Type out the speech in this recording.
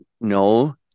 no